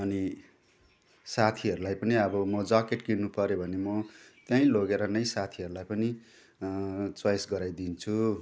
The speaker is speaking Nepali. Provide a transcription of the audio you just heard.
अनि साथीहरूलाई पनि अब म ज्याकेट किन्नुपऱ्यो भने म त्यहीँ लगेर नै साथीहरूलाई पनि चोइस गराइदिन्छु